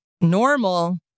normal